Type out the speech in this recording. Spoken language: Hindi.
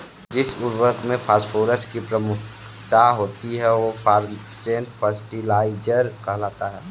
जिस उर्वरक में फॉस्फोरस की प्रमुखता होती है, वह फॉस्फेट फर्टिलाइजर कहलाता है